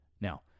Now